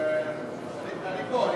אני פה.